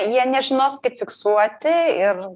jie nežinos kaip fiksuoti ir